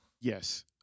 Yes